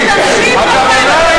משתמשים בכם.